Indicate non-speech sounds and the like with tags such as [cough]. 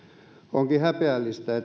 onkin häpeällistä [unintelligible]